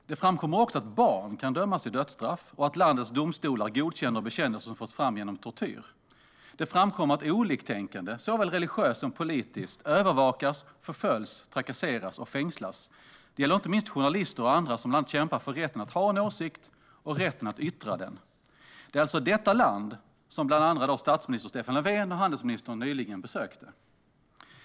Det framkommer också att barn kan dömas till dödsstraff och att landets domstolar godkänner bekännelser som tvingats fram under tortyr. Det framkommer att oliktänkande, såväl religiösa som politiska, övervakas, förföljs, trakasseras och fängslas. Det gäller inte minst journalister och andra som bland annat kämpar för rätten att ha en åsikt och rätten att yttra den. Det är alltså detta land som bland andra statsminister Stefan Löfven och handelsministern nyligen besökte.